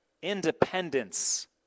independence